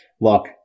Look